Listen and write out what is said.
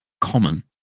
common